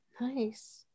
Nice